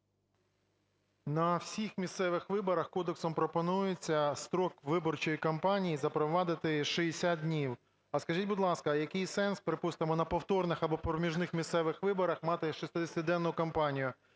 На всіх місцевих виборах кодексом пропонується строк виборчої кампанії запровадити шістдесят днів. А скажіть, будь ласка, а який сенс, припустимо, на повторних або проміжних місцевих виборах мати шістдесятиденну кампанію?